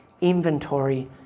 Inventory